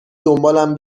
دنبالم